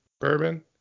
bourbon